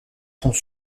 ponts